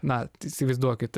na įsivaizduokit